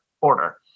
order